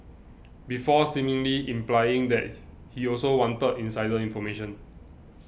before seemingly implying that he also wanted insider information